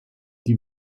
die